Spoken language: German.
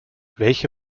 welche